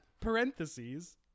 Parentheses